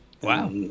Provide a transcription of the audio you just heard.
Wow